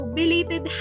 belated